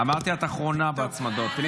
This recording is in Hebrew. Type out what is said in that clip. אמרתי שאת אחרונה בהצמדות.